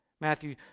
Matthew